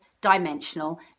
dimensional